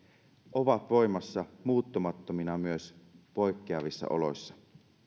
ovat voimassa muuttumattomina myös poikkeavissa oloissa